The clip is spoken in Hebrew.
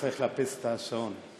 צריך לאפס את השעון.